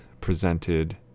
presented